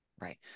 Right